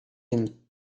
him